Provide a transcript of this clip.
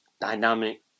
dynamic